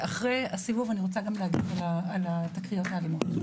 ואחרי הסיבוב אני רוצה גם להגיב על התקריות האלימות.